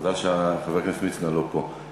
מזל שחבר הכנסת מצנע לא פה.